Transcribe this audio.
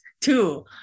Two